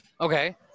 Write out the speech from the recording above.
Okay